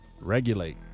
Regulate